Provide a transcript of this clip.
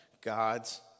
God's